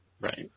Right